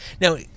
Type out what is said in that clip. Now